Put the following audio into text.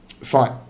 Fine